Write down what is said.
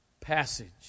passage